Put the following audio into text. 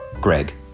Greg